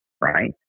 right